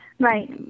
Right